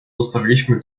zostawiliśmy